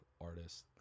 artist